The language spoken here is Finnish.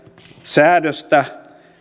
säädöstä